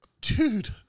dude